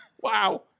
Wow